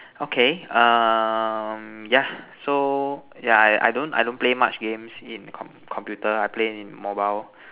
okay um yeah so yeah I don't I don't play much games in com computer I play in mobile